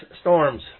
storms